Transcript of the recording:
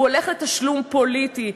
הוא הולך לתשלום פוליטי,